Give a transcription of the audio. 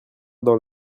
dans